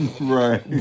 Right